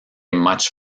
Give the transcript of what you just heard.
much